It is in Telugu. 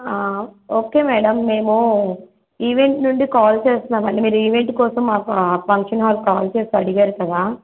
ఓకే మేడం మేము ఈవెంట్ నుండి కాల్ చేస్తున్నాం అండి మీరు ఈవెంట్ కోసం మా ఫంక్షన్ హాల్ కాల్ చేసి అడిగారు కదా